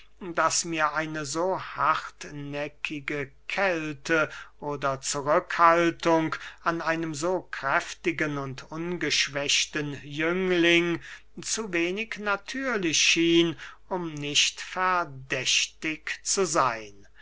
daß mir eine so hartnäckige kälte oder zurückhaltung an einem so kräftigen und ungeschwächten jüngling zu wenig natürlich schien um nicht verdächtig zu seyn